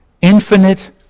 Infinite